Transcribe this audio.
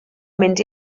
mynd